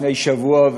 לפני שבוע,